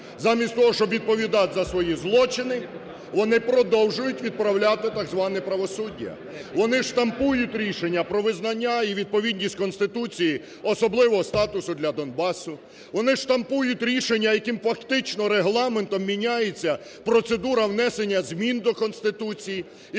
замість того, щоб відповідати за свої злочини, вони продовжують відправляти так зване правосуддя? Вони штампують рішення про визнання і відповідність Конституції особливого статусу для Донбасу. Вони штампують рішення, яким фактично Регламентом міняється процедура внесення змін до Конституції і фактично у цій